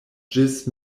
ĝis